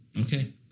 Okay